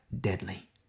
deadly